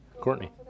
Courtney